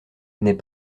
n’est